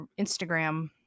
Instagram